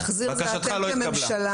בקשתך לא התקבלה.